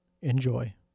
enjoy